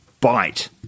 bite